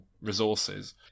resources